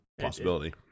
possibility